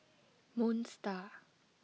Moon Star